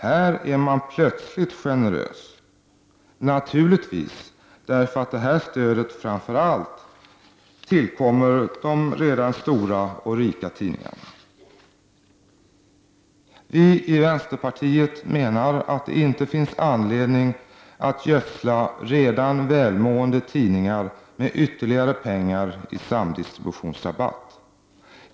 Här är man plötsligt generös, naturligtvis därför att det här stödet framför allt tillkommer de redan stora och rika tidningarna. Vi i vänsterpartiet menar att det inte finns anledning att gödsla redan välmående tidningar med ytterligare pengar i samdistributionsrabatt.